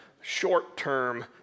short-term